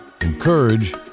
encourage